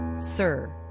Sir